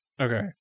Okay